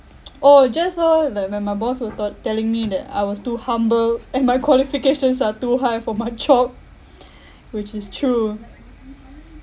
oh just oh like my my boss were taught telling me that I was too humble and my qualifications are too high for my job which is true